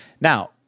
Now